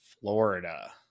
Florida